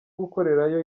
gukorerayo